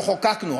לא חוקקנו,